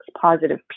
positive